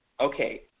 okay